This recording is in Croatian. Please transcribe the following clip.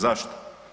Zašto?